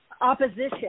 opposition